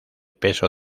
peso